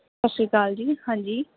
ਸਤਿ ਸ਼੍ਰੀ ਅਕਾਲ ਜੀ ਹਾਂਜੀ